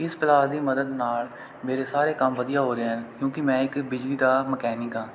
ਇਸ ਪਲਾਸ ਦੀ ਮਦਦ ਨਾਲ ਮੇਰੇ ਸਾਰੇ ਕੰਮ ਵਧੀਆ ਹੋ ਰਹੇ ਆ ਕਿਉਂਕਿ ਮੈਂ ਇੱਕ ਬਿਜਲੀ ਦਾ ਮਕੈਨਿਕ ਹਾਂ